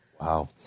Wow